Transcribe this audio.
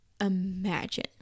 imagine